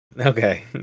Okay